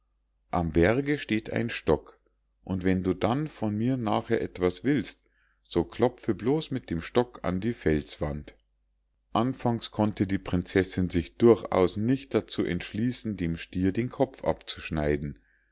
am berge steht ein stock und wenn du dann von mir nachher etwas willst so klopfe bloß mit dem stock an die felswand anfangs konnte die prinzessinn sich durchaus nicht dazu entschließen dem stier den kopf abzuschneiden